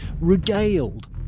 regaled